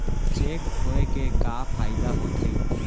Cheque होए के का फाइदा होथे?